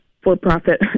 for-profit